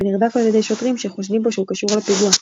ונרדף על ידי שוטרים שחושדים בו שהוא קשר לפיגוע.